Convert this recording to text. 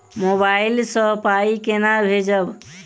Mobile सँ पाई केना भेजब?